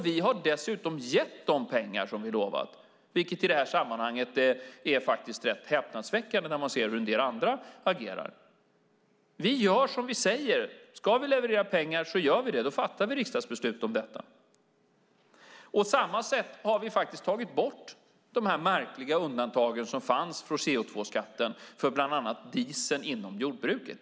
Vi har dessutom gett de pengar som vi har lovat, vilket i det sammanhanget är rätt häpnadsväckande när man ser hur en del andra agerar. Vi gör det vi säger att vi ska göra. Ska vi leverera pengar så gör vi det. Då fattar vi riksdagsbeslut om detta. På samma sätt har vi faktiskt tagit bort de märkliga undantagen för CO2-skatten på bland annat dieseln inom jordbruket.